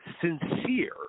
sincere